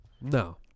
no